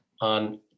on